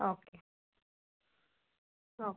okay okay